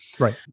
Right